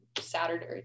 Saturday